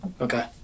Okay